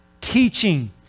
teaching